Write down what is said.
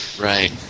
Right